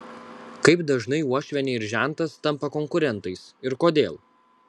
kaip dažnai uošvienė ir žentas tampa konkurentais ir kodėl